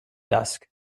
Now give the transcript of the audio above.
dusk